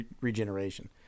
regeneration